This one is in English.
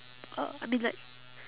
uh I mean like